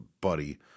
buddy